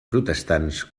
protestants